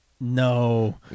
No